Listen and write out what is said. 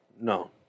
No